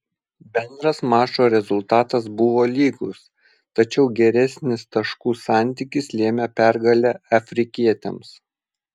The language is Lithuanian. bendras mačo rezultatas buvo lygus tačiau geresnis taškų santykis lėmė pergalę afrikietėms